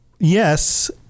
Yes